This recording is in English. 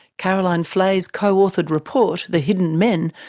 caroline fleay's co-authored report, the hidden men,